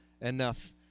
enough